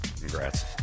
Congrats